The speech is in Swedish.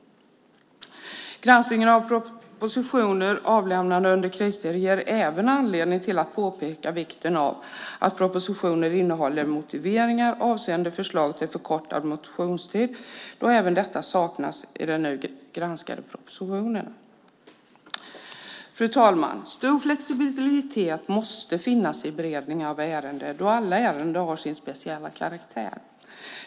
Granskningen av propositioner avlämnade under kristid ger också anledning att påpeka vikten av att propositioner innehåller motiveringar avseende förslag till förkortad motionstid då detta saknas i de nu granskade propositionerna. Fru talman! Stor flexibilitet måste finnas i beredningen av ärendena då alla ärenden har sin speciella karaktär.